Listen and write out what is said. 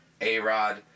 A-Rod